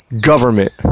government